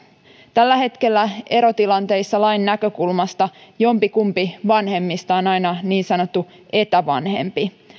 tällä hetkellä erotilanteissa lain näkökulmasta jompikumpi vanhemmista on aina niin sanottu etävanhempi